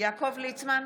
יעקב ליצמן,